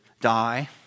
die